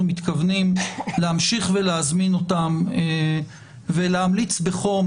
אנחנו מתכוונים להמשיך ולהזמין אותן ולהמליץ בחום